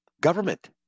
government